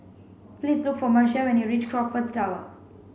please look for Marcia when you reach Crockfords Tower